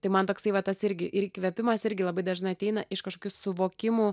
tai man toksai va tas irgi ir įkvėpimas irgi labai dažnai ateina iš kažkokių suvokimų